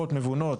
משווקות מבונות.